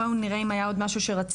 בואו נראה אם היה עוד משהו שרצינו,